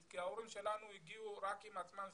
כי ההורים שלנו הגיעו רק עם עצמם פיזית,